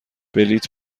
بلیط